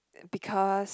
and because